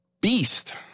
beast